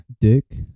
dick